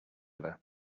other